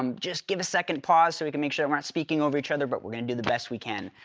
um just give a second pause so we can make sure we're not speaking over each other. but we're gonna do the best we can.